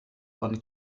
von